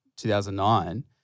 2009